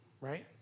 right